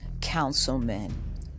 councilmen